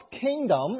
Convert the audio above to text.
kingdom